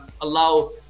allow